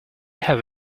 have